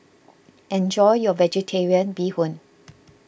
enjoy your Vegetarian Bee Hoon